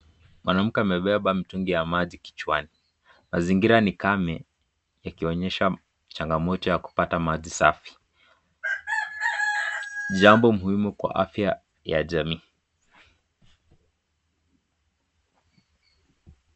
Mwanamke amebeba mtungi ya maji kichwani, mazingira ni kame yakionyesha changamoto ya kubeba maji safi. Jambo muhimu kwa afya ya jamii.